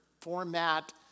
format